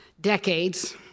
decades